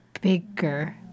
bigger